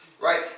Right